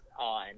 on